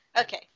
okay